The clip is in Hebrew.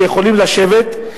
שיכולים לשבת,